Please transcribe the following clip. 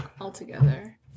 Altogether